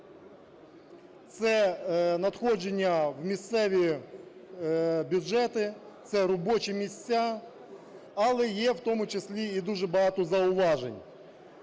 Це надходження в місцеві бюджети, це робочі місця. Але є в тому числі і дуже багато зауважень